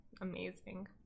amazing